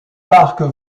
parc